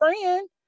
friend